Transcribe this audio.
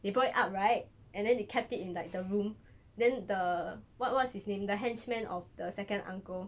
they brought it up right and then they kept it in like the room then the what what's his name the henchman of the second uncle